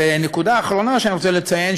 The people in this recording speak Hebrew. ונקודה אחרונה שאני רוצה לציין,